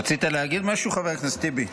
רצית להגיד משהו, חבר הכנסת טיבי?